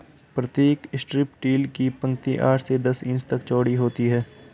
प्रतीक strip till की पंक्ति आठ से दस इंच तक चौड़ी होती है